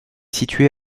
situé